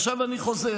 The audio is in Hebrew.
עכשיו אני חוזר.